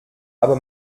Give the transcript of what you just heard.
aber